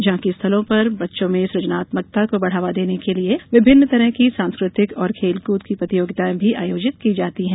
झांकीस्थलों पर बच्चों में सुजनात्मकता को बढ़ावा देने के लिए विभिन्न तरह की सांस्कृतिक और खेलकृद की प्रतियोगितायें भी आयोजित की जाती है